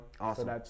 Awesome